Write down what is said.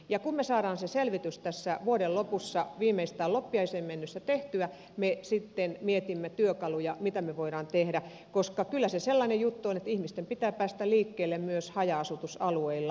kun me saamme sen selvityksen tässä vuoden lopussa viimeistään loppiaiseen mennessä tehtyä me sitten mietimme työkaluja mitä me voimme tehdä koska kyllä se sellainen juttu on että ihmisten pitää päästä liikkeelle myös haja asutusalueilla